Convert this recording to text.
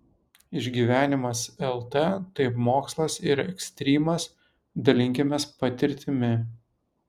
išgyvenimas lt tai mokslas ir ekstrymas dalinkimės patirtimi